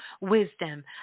wisdom